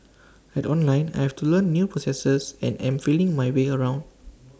at online I have to learn new processes and am feeling my way around